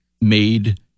made